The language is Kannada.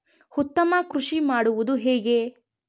ಉತ್ತಮ ಕೃಷಿ ಮಾಡುವುದು ಹೇಗೆ?